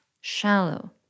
shallow